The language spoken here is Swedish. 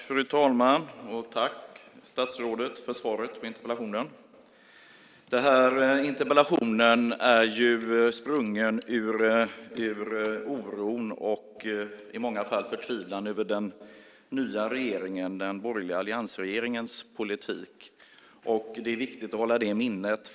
Fru talman! Tack, statsrådet, för svaret på interpellationen! Den här interpellationen är sprungen ur den oro och i många fall förtvivlan som människor känner över den nya borgerliga alliansregeringens politik. Det är viktigt att hålla detta i minnet.